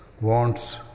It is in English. wants